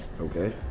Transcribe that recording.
Okay